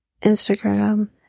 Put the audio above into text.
Instagram